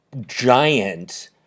giant